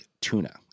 tuna